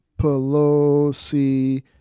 Pelosi